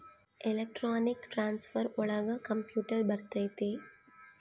electronic transfer ಒಳಗ computer ಬರತೈತಿ